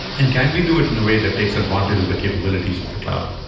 and can we do it in a way that takes advantage of the capabilities of the cloud?